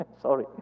Sorry